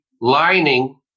lining